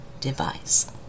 device